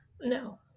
No